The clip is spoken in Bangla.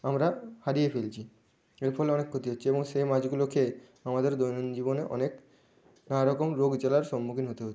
আমরা হারিয়ে ফেলছি এর ফলে অনেক ক্ষতি হচ্ছে এবং সে মাছগুলো খেয়ে আমাদের দৈনন্দিন জীবনে অনেক নানা রকম রোগ জ্বালার সম্মুখীন হতে হচ্ছে